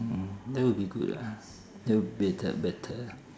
mm that will be good ah that will be a tad better